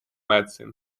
medicine